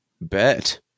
Bet